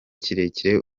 kirekire